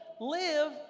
live